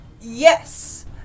Yes